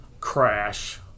crash